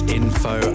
info